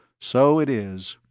so it is.